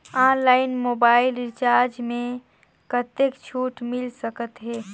Online mobile recharge मे कतेक छूट मिल सकत हे?